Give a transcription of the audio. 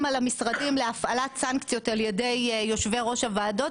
על המשרדים להפעלת סנקציות על ידי יושבי-ראש הוועדות,